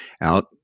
out